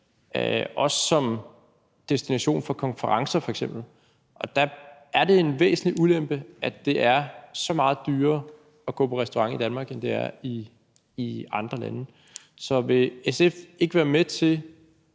og som destination for konferencer f.eks. Der er det en væsentlig ulempe, at det er så meget dyrere at gå på restaurant i Danmark, end det er i andre lande. Så vil SF ikke være med til